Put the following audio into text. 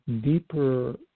deeper